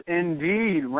indeed